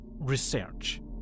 research